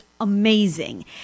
amazing